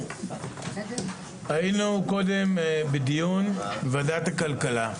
היינו קודם בדיון בוועדת הכלכלה.